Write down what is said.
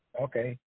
okay